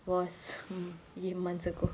was months ago